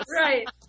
Right